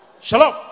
Shalom